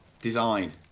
design